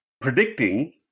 predicting